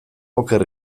oker